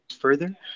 further